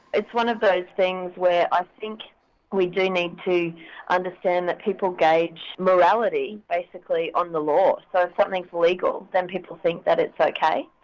it's one of those things where i think we do need to understand that people gauge morality basically on the law. so if something's legal, then people think that it's ok.